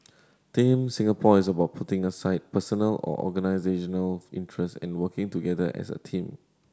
Team Singapore is about putting aside personal or organisational interests and working together as a team